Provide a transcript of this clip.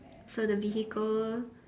for the vehicle